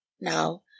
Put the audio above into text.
now